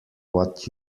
what